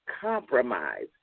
compromise